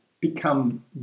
become